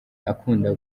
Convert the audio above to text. akunda